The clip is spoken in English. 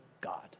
God